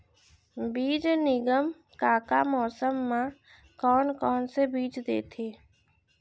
बीज निगम का का मौसम मा, कौन कौन से बीज देथे?